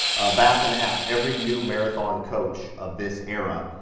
bath and a half. every new marathon coach of this era,